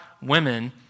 women